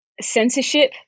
censorship